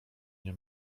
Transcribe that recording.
nie